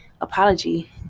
apology